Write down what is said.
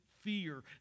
fear